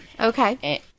Okay